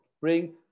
bring